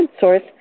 source